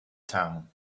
town